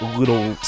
little